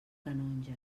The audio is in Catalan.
canonja